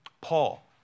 Paul